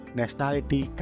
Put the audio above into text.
nationality